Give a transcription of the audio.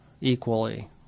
equally